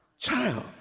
Child